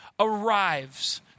arrives